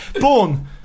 Born